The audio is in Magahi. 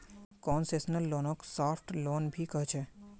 कोन्सेसनल लोनक साफ्ट लोन भी कह छे